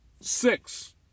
Six